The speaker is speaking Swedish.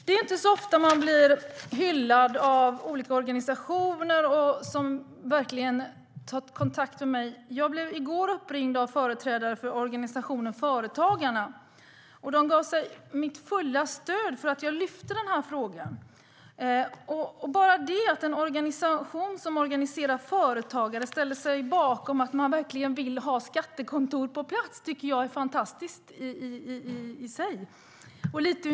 Det är inte så ofta jag blir hyllad av olika organisationer som verkligen tar kontakt med mig. I går blev jag uppringd av företrädare för organisationen Företagarna. De gav mig sitt fulla stöd för att jag lyfte fram denna fråga. Att en organisation som organiserar företagare ställer sig bakom att man verkligen vill ha skattekontor på plats tycker jag är fantastiskt i sig.